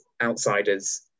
outsiders